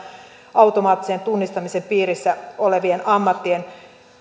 automaattisen tunnistamisen piirissä olevien ammattien